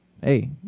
hey